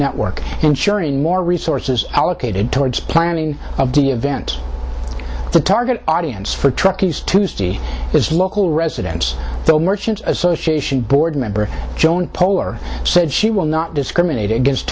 network ensuring more resources allocated towards planning of the event the target audience for truckies tuesday is local residents though merchants association board member joan poehler said she will not discriminate against